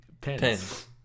pens